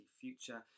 future